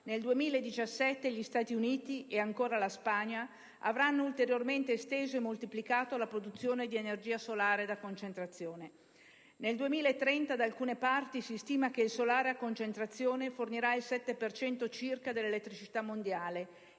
nel 2017 gli Stati Uniti e ancora la Spagna avranno ulteriormente esteso e moltiplicato la produzione di energia da solare a concentrazione. Nel 2030, da alcune parti si stima che il solare a concentrazione fornirà il 7 per cento circa dell'elettricità mondiale,